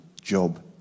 job